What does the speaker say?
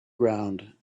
ground